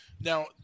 Now